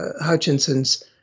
Hutchinson's